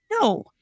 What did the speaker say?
no